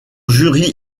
jury